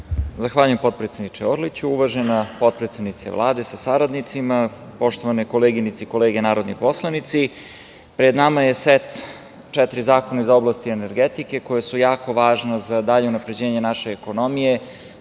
Zahvaljujem potpredsedniče Orliću. Uvažena potpredsednice Vlade, sa saradnicima, poštovane koleginice i kolege narodni poslanici, pred nama je set četiri zakona iz oblasti energetike koji su jako važni za dalje unapređenje naše ekonomije,